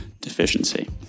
deficiency